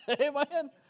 Amen